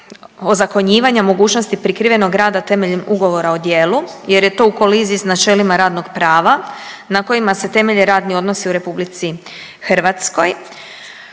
ozakonjivanja mogućnosti prikrivenog rada temeljem ugovora o djelu jer je to u koliziji s načelima radnog prava na kojima se temelje radni odnosi u RH. Članak